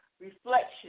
reflection